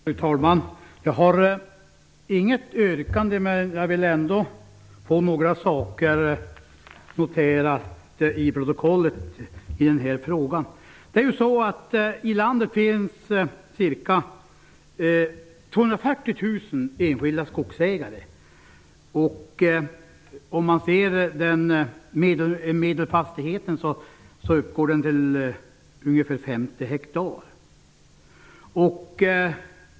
Fru talman! Jag har inget yrkande, men jag vill ändå få några saker noterade i protokollet i denna fråga. Medelfastigheten uppgår till ungefär 50 hektar.